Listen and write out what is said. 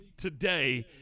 today